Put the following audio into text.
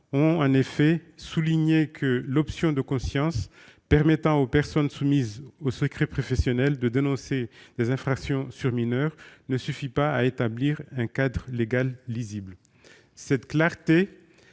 ont en effet souligné que l'option de conscience permettant aux personnes soumises au secret professionnel de dénoncer des infractions sur mineurs ne suffit pas à établir un cadre légal lisible. Cette clarté